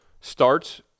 Starts